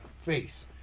face